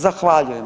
Zahvaljujem.